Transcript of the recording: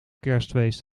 kerstfeest